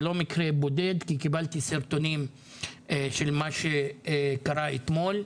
זה לא מקרה בודד כי קיבלתי סרטונים של מה שקרה אתמול.